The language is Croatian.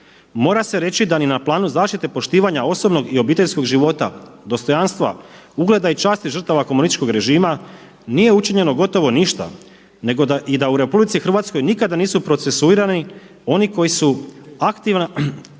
mora se reći da ni na planu zaštite poštivanja osobnog i obiteljskog života, dostojanstva, ugleda i časti žrtava komunističkog režima nije učinjeno gotovo ništa nego i da u RH nikada nisu procesuirani oni koji su aktima